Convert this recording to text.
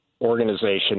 organization